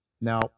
Now